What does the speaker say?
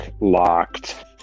locked